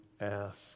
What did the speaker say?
ask